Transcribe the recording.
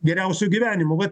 geriausiu gyvenimu va